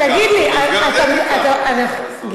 אז גם זה כחלון,